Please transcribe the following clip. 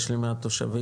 יש לי מעט תושבים,